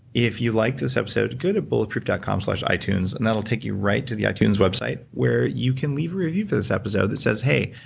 if you liked this episode, go to bulletproof dot com slash itunes, and that'll take you right to the itunes website where you can leave a review for this episode that says, hey,